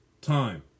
time